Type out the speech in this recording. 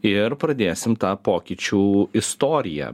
ir pradėsim tą pokyčių istoriją